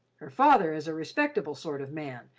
her father is a respectable sort of man,